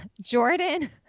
Jordan